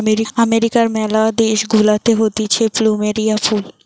আমেরিকার ম্যালা দেশ গুলাতে হতিছে প্লুমেরিয়া ফুল